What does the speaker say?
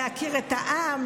להכיר את העם,